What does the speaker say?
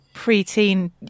pre-teen